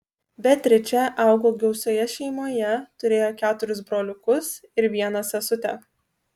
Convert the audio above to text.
beatričė augo gausioje šeimoje turėjo keturis broliukus ir vieną sesutę